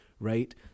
right